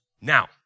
Now